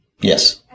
Yes